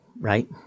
right